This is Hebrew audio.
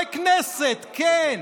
חברי כנסת, כן.